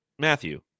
Matthew